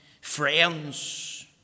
friends